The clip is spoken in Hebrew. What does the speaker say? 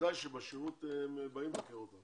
בוודאי שבשירות באים לבקר אותם.